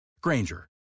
Granger